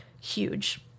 huge